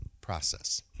process